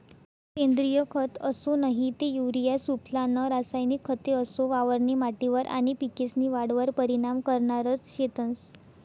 सेंद्रिय खत असो नही ते युरिया सुफला नं रासायनिक खते असो वावरनी माटीवर आनी पिकेस्नी वाढवर परीनाम करनारज शेतंस